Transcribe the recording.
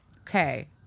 Okay